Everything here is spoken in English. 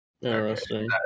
Interesting